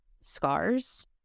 scars